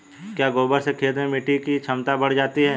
क्या गोबर से खेत में मिटी की क्षमता बढ़ जाती है?